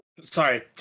Sorry